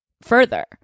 further